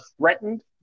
threatened